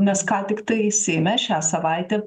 nes ką tiktai seime šią savaitę